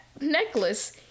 necklace